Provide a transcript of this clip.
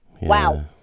Wow